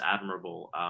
admirable